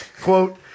Quote